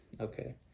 Okay